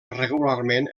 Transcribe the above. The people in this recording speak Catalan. regularment